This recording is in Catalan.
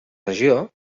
regió